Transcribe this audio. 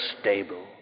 stable